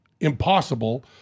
impossible